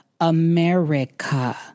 America—